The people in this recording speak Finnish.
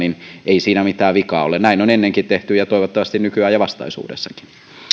mitään vikaa ole näin on ennenkin tehty ja toivottavasti tehdään nykyään ja vastaisuudessakin